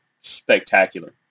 spectacular